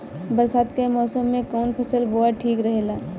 बरसात के मौसम में कउन फसल बोअल ठिक रहेला?